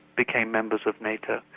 became members of nato.